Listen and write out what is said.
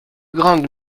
grande